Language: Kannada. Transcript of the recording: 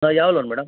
ಯಾವ ಲೋನ್ ಮೇಡಮ್